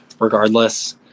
regardless